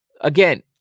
Again